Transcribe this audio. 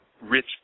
rich